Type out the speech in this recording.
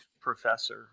professor